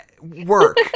work